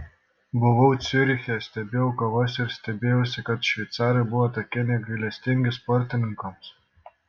buvau ciuriche stebėjau kovas ir stebėjausi kad šveicarai buvo tokie negailestingi sportininkams